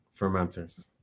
Fermenters